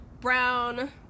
brown